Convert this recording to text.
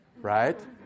Right